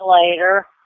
later